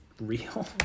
real